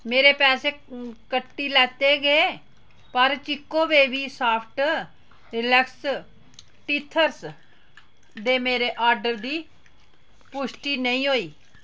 मेरे पैसे कट्टी लैते गे पर Chicco baby soft relax teethers दे मेरे आर्डर दी पुश्टि नेईं होई